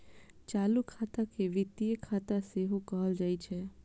चालू खाता के वित्तीय खाता सेहो कहल जाइ छै